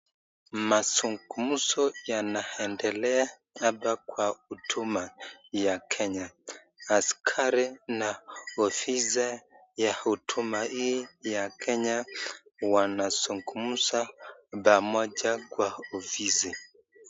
Mazungumzo yanaendelea hapa kwa huduma ya kenya, askari na afisa wa huduma hii ya kenya wanazungumza pamoja kwa ofisi.